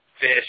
fish